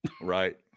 Right